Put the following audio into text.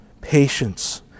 patience